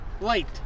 Light